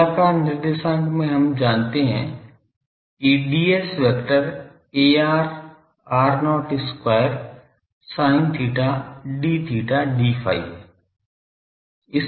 गोलाकार निर्देशांक में हम जानते हैं कि ds vector ar r0 square sin theta d theta d phi है